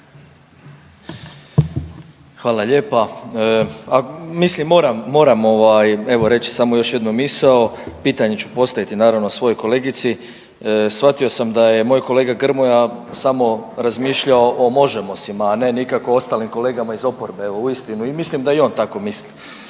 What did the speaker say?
Hvala lijepa. Mislim moram, evo samo reći još jednu misao. Pitanje ću postaviti naravno svojoj kolegici. Shvatio sam da je moj kolega Grmoja samo razmišljao o Možemosima a ne nikako o ostalim kolegama iz oporbe. Uistinu mislim da i on tako misli.